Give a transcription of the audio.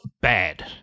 bad